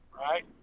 Right